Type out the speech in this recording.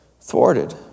thwarted